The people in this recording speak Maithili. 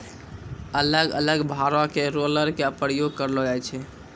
अलग अलग भारो के रोलर के प्रयोग करलो जाय छै